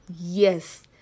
yes